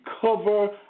cover